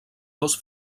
dos